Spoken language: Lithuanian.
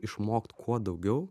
išmokt kuo daugiau